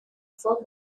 for